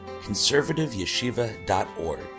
conservativeyeshiva.org